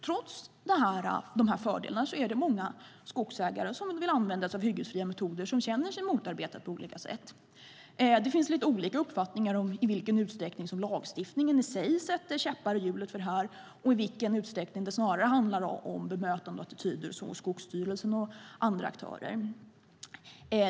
Trots dessa fördelar klagar skogsägare som vill använda sig av hyggesfria metoder och som känner sig motarbetade på olika sätt. Det finns lite olika uppfattningar om i vilken utsträckning som lagstiftningen i sig sätter käppar i hjulet och i vilken utsträckning det snarare handlar om bemötande och attityder hos Skogsstyrelsen och andra aktörer.